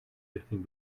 richting